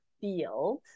field